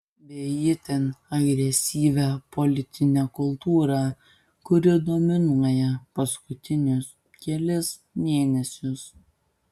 bei itin agresyvia politine kultūra kuri dominuoja paskutinius kelis mėnesius